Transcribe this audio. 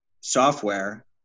software